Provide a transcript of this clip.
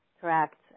correct